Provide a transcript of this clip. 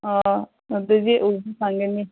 ꯑꯥ ꯑꯗꯨꯗꯤ ꯎꯕ ꯐꯪꯒꯅꯤ